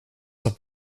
doch